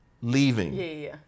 leaving